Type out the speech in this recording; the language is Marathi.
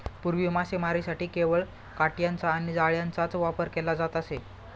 पूर्वी मासेमारीसाठी केवळ काटयांचा आणि जाळ्यांचाच वापर केला जात असे